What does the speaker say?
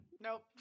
Nope